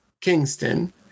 Kingston